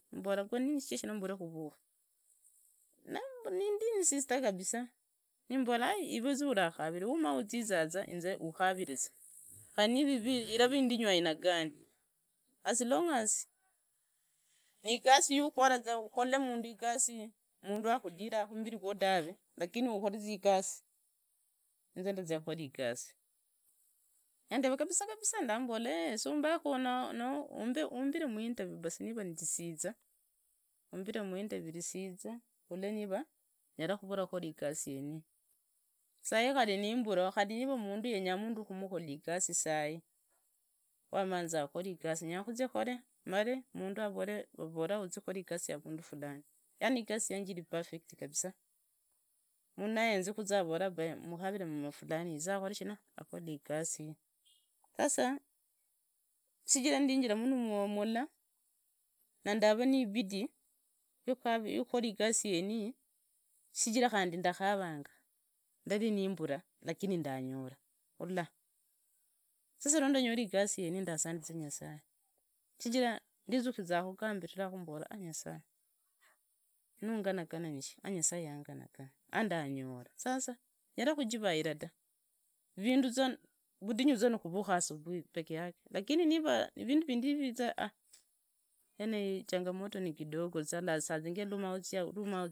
Mbora kwanini shichira mbure khurekha, naandinsista kabisaa, nimboraza ivezaa ulakhavira, wumaaujendanga inze ukharire za, khari niva clara indinyu ainagani as long as, niigasi yakhukhola za ukholee mundu igasi mundu akhudira khumbiri gwo tawe lakini uzii khuthola igasi inzi ndazia kukhola igasi, nandeva kabisa kabisa nimbola slumbekhu noo mumbire muinterview nira nirisiza mumbire muinterview murisiza niva ndanora niva nyala khukhola igasi yeniyi sai nimbulaho, khari niva mundu yenya mundu wakuumukholela igasi sai wamaanza khukhola igasi, maanzi kore igasi yindi avundu fulani yani igasi yanje ivee perfet, mundu naenza. Khaza avola mukhavire mundu fulani yize akhorekha shina akhore igasi. Sasa sichira ndinjiramu na moyo mulla na ndavaa nibidii, yukhukhola igasi yeniyi, sichira khandi ndakharanga ndari nimbura lakini ndanyora, sasa ninyora igasi yeniyi ndasandiza yasaye, sichira ndizuliza khu gambiriraa khu mbola nyasaye yanganagana shi anyasaye yanganagana andanyola sasa nyala khajiraira ta, vindu za vudinyu nikhuruka asubui yonyenee, lakini miva vindu rindi viza yeneyo ni changamoto kidogo za, sazingine waumauzia.